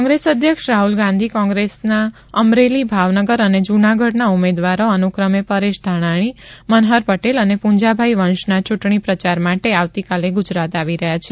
કોંગ્રેસ અધ્યક્ષ રાહુલ ગાંધી કોંગ્રેસના અમરેલી ભાવનગર અને જૂનાગઢના ઉમેદવારો અનુક્રમે પરેશ ધાનાણી મનહર પટેલ અને પૂંજાભાઈ વંશના ચૂંટણી પ્રચાર માટે આવતીકાલે ગુજરાત આવી રહ્યા છે